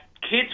kids